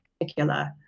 particular